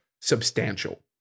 substantial